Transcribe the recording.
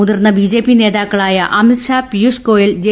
മുതിർന്ന ബിജെപി നേതാക്കളായ അമിത്ഷാ പിയൂഷ്ഗോയൽ ജെ